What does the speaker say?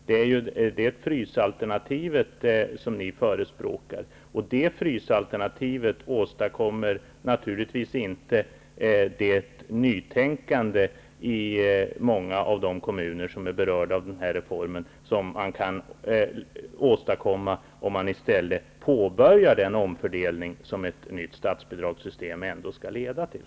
Det är det frysalternativet som ni förespråkar, men det åstadkommer naturligtvis inte det nytänkande i många av de kommuner som är berörda av den här reformen som man kan åstadkomma om man i stället påbörjar den omfördelning som ett nytt statsbidragssystem ändå skall leda till.